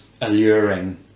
alluring